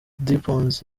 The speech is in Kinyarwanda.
dimpoz